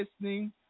listening